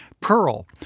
Pearl